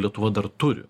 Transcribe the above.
lietuva dar turi